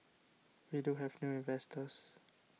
we do have new investors